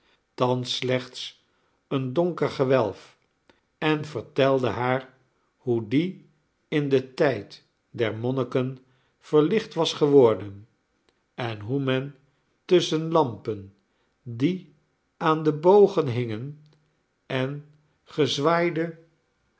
thans slechts een donker gewelf en vertelde haar hoe die in den tijd der monniken veilicht was geworden en hoe men tusschen lampen die aan de bogen hingen en gezwaaide